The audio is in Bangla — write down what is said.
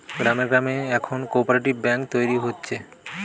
গ্রামে গ্রামে এখন কোপরেটিভ বেঙ্ক তৈরী হচ্ছে